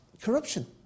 corruption